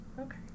Okay